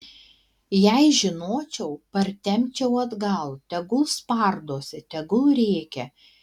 jei žinočiau partempčiau atgal tegul spardosi tegul rėkia